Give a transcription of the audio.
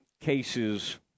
cases